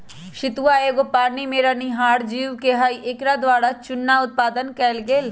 सितुआ एगो पानी में रहनिहार जीव हइ एकरा द्वारा चुन्ना उत्पादन कएल गेल